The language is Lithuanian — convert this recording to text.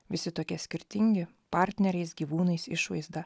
visi tokie skirtingi partneriais gyvūnais išvaizda